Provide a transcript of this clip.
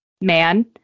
man